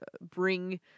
bring